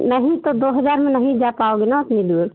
नहीं तो दो हज़ार में नहीं जा पाओगे ना इसी लिए